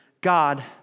God